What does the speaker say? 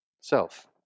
self